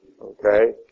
Okay